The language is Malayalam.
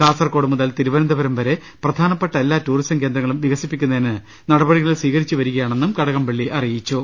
കാസർകോഡുമുതൽ തിരുവനന്തപുരം വരെ പ്രധാനപ്പെട്ട എല്ലാ ടൂറിസം കേന്ദ്രങ്ങളും വികസിപ്പിക്കുന്നതിന് നടപടികൾ സ്വീകരി ച്ചുവരികയാണെന്നും കടകംപളളി അറിയിച്ചു